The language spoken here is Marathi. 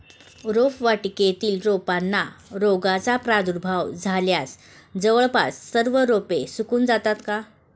रोपवाटिकेतील रोपांना रोगाचा प्रादुर्भाव झाल्यास जवळपास सर्व रोपे सुकून जातात का?